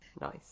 nice